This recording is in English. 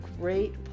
great